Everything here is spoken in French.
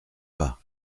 pas